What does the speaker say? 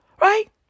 right